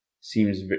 seems